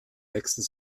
nächsten